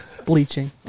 Bleaching